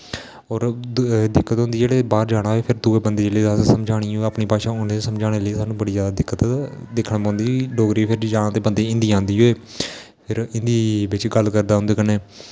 होर दिक्कत होंदी जिसलै बाह्र जाना होऐ फिर दुए बंदे गी जिसलै समझानी होऐ अपनी भाशा उ'नेंगी समझानें लेई बड़ी जैदा दिक्कत दिक्खनी पौंदी डोगरी जां ते फिर बंदे गी हिन्दी आंदी होऐ फिर हिन्दी बिच्च गल्ल करदा उं'दे कन्नै